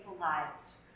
lives